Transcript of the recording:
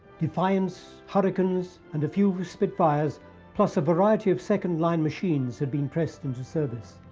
defiants, hurricanes, and a few spitfires plus a variety of second line machines had been pressed into service.